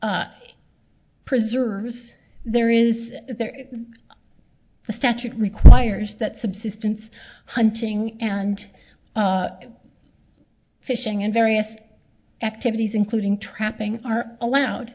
preserves there is there the statute requires that subsistence hunting and fishing and various activities including trapping are allowed